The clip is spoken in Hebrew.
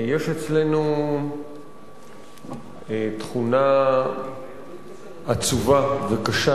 יש אצלנו תכונה עצובה וקשה